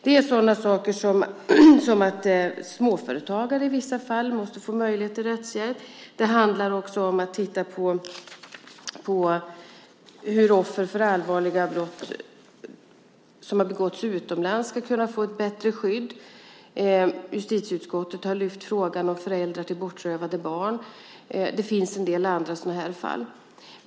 Det är sådana saker som att småföretagare i vissa fall måste få möjlighet till rättshjälp. Det handlar också om att titta på hur offer för allvarliga brott som har begåtts utomlands ska kunna få ett bättre skydd. Justitieutskottet har lyft fram frågan om föräldrar till bortrövade barn. Det finns en del andra sådana fall.